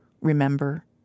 remember